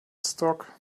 stock